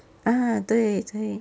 ah 对对